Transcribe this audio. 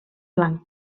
blanc